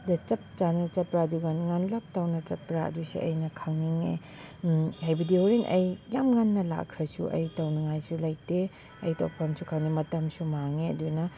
ꯗ ꯆꯞ ꯆꯥꯅ ꯆꯠꯄ꯭ꯔꯥ ꯑꯗꯨꯒ ꯉꯟꯂꯞ ꯇꯧꯅ ꯆꯠꯄ꯭ꯔꯥ ꯑꯗꯨꯁꯨ ꯑꯩꯅ ꯈꯪꯅꯤꯡꯉꯦ ꯍꯥꯏꯕꯗꯤ ꯍꯣꯔꯦꯟ ꯑꯩ ꯌꯥꯝ ꯉꯟꯅ ꯂꯥꯛꯈ꯭ꯔꯁꯨ ꯑꯩ ꯇꯧꯅꯤꯡꯉꯥꯏꯁꯨ ꯂꯩꯇꯦ ꯑꯩ ꯇꯧꯐꯝꯁꯨ ꯈꯪꯗꯦ ꯃꯇꯝꯁꯨ ꯃꯇꯝꯁꯨ ꯃꯥꯡꯉꯦ ꯑꯗꯨꯅ